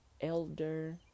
elder